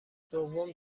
دوم